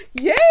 Yay